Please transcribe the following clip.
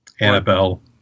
Annabelle